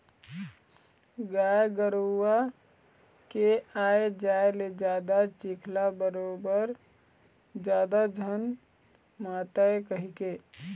गाय गरूवा के आए जाए ले जादा चिखला बरोबर जादा झन मातय कहिके